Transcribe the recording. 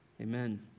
amen